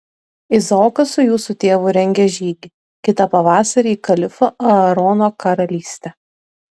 izaokas su jūsų tėvu rengia žygį kitą pavasarį į kalifo aarono karalystę